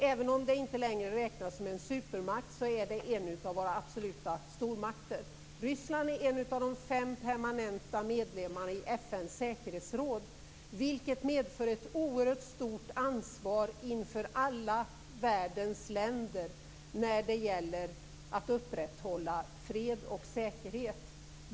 Även om inte landet längre räknas som en supermakt är Ryssland absolut en av våra stormakter. Ryssland är en av de fem permanenta medlemmarna i FN:s säkerhetsråd, vilket medför ett oerhört stort ansvar inför alla världens länder när det gäller att upprätthålla fred och säkerhet.